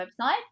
website